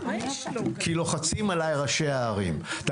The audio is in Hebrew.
כי לוחצים עליי לוחצים עליי ראשי הערים.